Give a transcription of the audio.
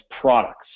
products